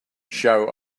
show